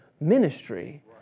ministry